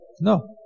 No